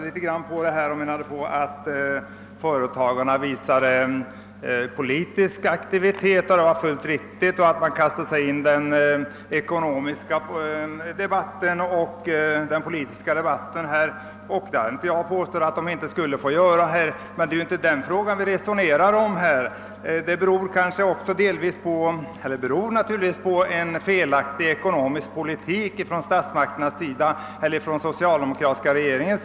Herr Hovhammar ändrade sig litet och menade att det är fullt riktigt att företagarna kastar sig in i den politiska debatten kring den felaktiga ekonomiska politik som förs av den socialdemokratiska regeringen.